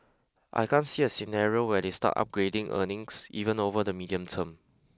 I can't see a scenario where they start upgrading earnings even over the medium term